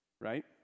Right